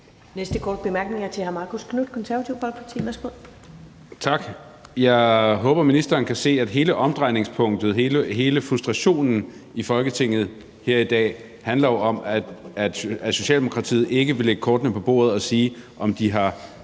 Næste korte bemærkning er til hr. Marcus Knuth, Det Konservative Folkeparti.